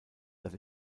that